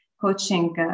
coaching